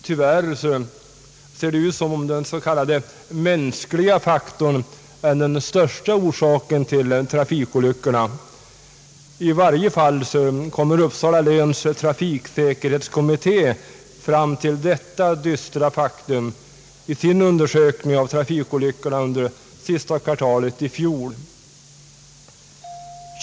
Tyvärr ser det ut som om den s.k. mänskliga faktorn är den största orsaken till trafikolyckorna. I varje fall kommer Uppsala läns trafiksäkerhetskommitté fram till detta dystra faktum i sin undersökning av trafikolyckorna under sista kvartalet i fjol.